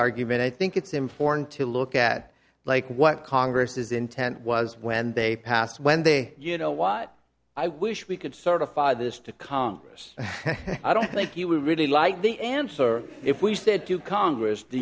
argument i think it's important to look at like what congress is intent was when they passed when they you know what i wish we could sort of fire this to congress i don't think you would really like the answer if we said to congress do